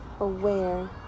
aware